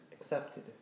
Accepted